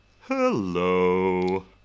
Hello